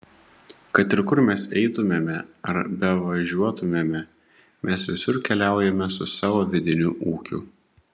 kad ir kur mes eitumėme ar bevažiuotumėme mes visur keliaujame su savo vidiniu ūkiu